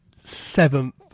seventh